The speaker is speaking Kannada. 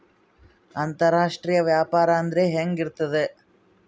ಅಂತರಾಷ್ಟ್ರೇಯ ವ್ಯಾಪಾರ ಅಂದರೆ ಹೆಂಗೆ ಇರುತ್ತದೆ?